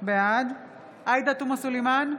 בעד עאידה תומא סלימאן,